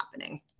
happening